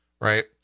right